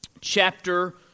chapter